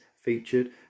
featured